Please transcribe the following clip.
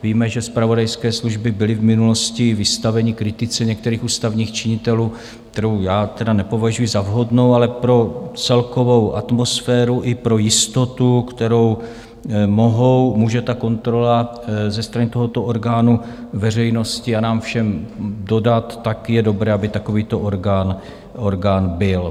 Víme, že zpravodajské služby byly v minulosti vystaveny kritice některých ústavních činitelů, kterou já tedy nepovažuji za vhodnou, ale pro celkovou atmosféru i pro jistotu, kterou může ta kontrola ze strany tohoto orgánu veřejnosti a nám všem dodat, je dobré, aby takovýto orgán byl.